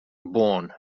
born